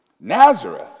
Nazareth